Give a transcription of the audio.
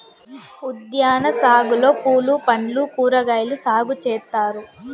ఉద్యాన సాగులో పూలు పండ్లు కూరగాయలు సాగు చేత్తారు